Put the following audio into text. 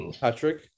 Patrick